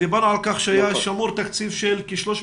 דיברנו על כך שהיה שמור תקציב של כ-300